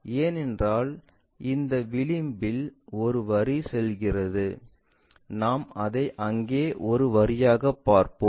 ஏனென்றால் இந்த விளிம்பில் அந்த வரி செல்கிறது நாம் அதை அங்கே ஒரு வரியாக பார்ப்போம்